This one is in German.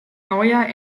neuer